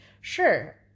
Sure